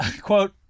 Quote